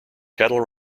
cattle